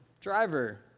driver